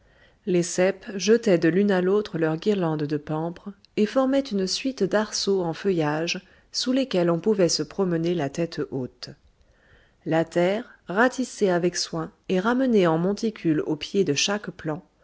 les ceps jetaient de l'une à l'autre leurs guirlandes de pampres et formaient une suite d'arceaux en feuillage sous lesquels on pouvait se promener la tête haute la terre ratissée avec soin et ramenée en monticule au pied de chaque plant